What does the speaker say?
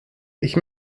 ich